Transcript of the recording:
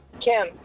Kim